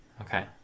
Okay